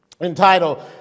entitled